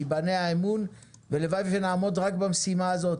ולוואי שנעמוד רק במשימה הזאת,